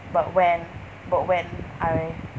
but when but when I